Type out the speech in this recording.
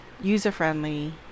user-friendly